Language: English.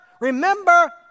remember